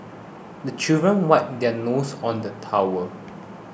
the children wipe their noses on the towel